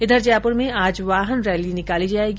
इधर जयपुर में आज वाहन रैली निकॉली जायेगी